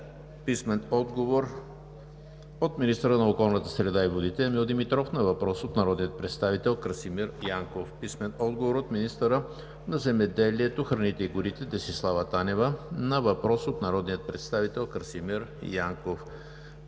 Красимир Янков; - министъра на околната среда и водите Емил Димитров на въпрос от народния представител Красимир Янков; - министъра на земеделието, храните и горите Десислава Танева на въпрос от народния представител Красимир Янков;